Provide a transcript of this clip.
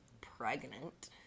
pregnant